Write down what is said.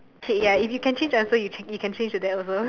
ya if you can change answer you can change to that also